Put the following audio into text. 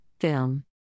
Film